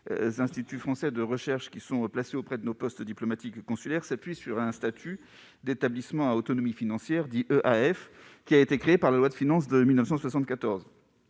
des instituts français de recherche, qui sont placés auprès de nos postes diplomatiques et consulaires, s'appuie sur un statut d'établissements à autonomie financière, ou EAF, créé par la loi de finances de 1974.